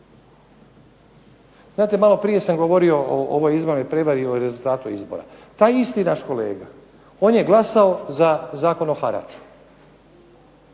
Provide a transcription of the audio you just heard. Znate maloprije sam govorio o ovoj izbornoj prevari i o rezultatu izbora. Taj isti naš kolega, on je glasao za Zakon o haraču.